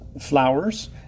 flowers